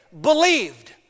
believed